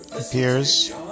appears